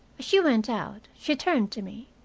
she went out, she turned to me,